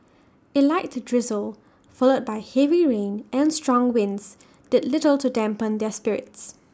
A light drizzle followed by heavy rain and strong winds did little to dampen their spirits